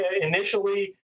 initially